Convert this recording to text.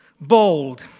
bold